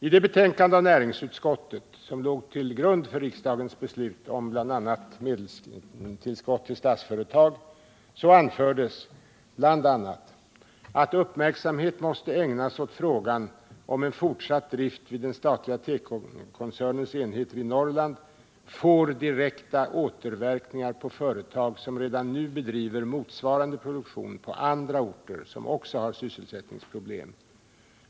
I det betänkande av näringsutskottet som låg till grund för riksdagens beslut om bl.a. medelstillskott till Statsföretag AB anfördes bl.a. att uppmärksamhet måste ägnas åt frågan om en fortsatt drift vid den statliga tekokoncernens enheter i Norrland får direkta återverkningar på företag som redan nu bedriver motsvarande produktion på andra orter som också har sysselsättningsproblem.